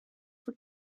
voor